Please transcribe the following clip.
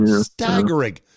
Staggering